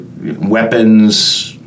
weapons